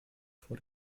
vor